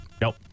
Nope